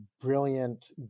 brilliant